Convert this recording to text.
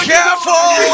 Careful